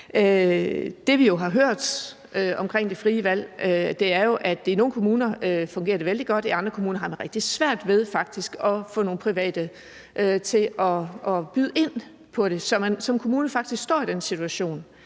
Det, vi har hørt omkring det frie valg, er jo, at det i nogle kommuner fungerer vældig godt, og at man i andre kommuner faktisk har rigtig svært ved at få nogle private til at byde ind på det, så kommunerne står i den situation,